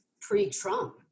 pre-Trump